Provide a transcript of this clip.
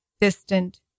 distant